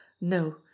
No